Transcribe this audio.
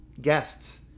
guests